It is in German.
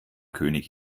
könig